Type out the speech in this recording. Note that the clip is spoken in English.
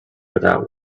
without